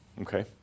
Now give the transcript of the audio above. Okay